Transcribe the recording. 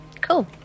Cool